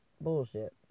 Bullshit